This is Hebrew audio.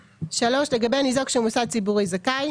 לגבי ניזוק שהוא מוסד ציבורי זכאי,